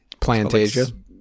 Plantasia